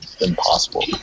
impossible